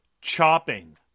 chopping